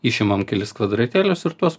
išimam kelis kvadratėlius ir tuos